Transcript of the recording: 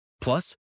Plus